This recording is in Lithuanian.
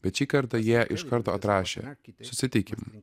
bet šį kartą jie iš karto atrašė susitikim